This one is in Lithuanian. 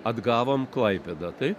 atgavom klaipėdą taip